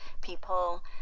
people